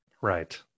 Right